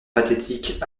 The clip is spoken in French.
pathétique